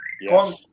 Yes